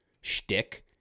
shtick